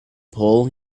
pole